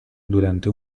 durante